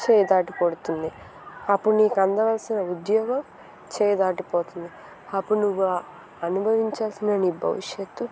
చేయి దాటి పడుతుంది అప్పుడు నీకు అందవలసిన ఉద్యోగం చేయి దాటిపోతుంది అప్పుడు నువ్వు అనుభవించాల్సిన నీ భవిష్యత్తు